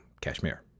Kashmir